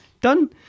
done